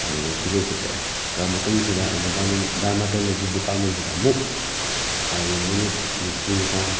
ꯍꯥꯏꯗꯨꯅ ꯇꯤꯀꯦꯠꯁꯤ ꯀꯛꯑꯦ ꯀꯛꯂ ꯃꯇꯨꯡꯁꯤꯗ ꯑꯩꯅ ꯗꯔꯃꯥꯇꯣꯂꯣꯖꯤ ꯗꯤꯄꯥꯔꯠꯃꯦꯟꯁꯤꯗ ꯑꯃꯨꯛ ꯑꯩ ꯃꯤꯅꯤꯠ ꯅꯤꯐꯨꯒꯤ ꯆꯥꯡ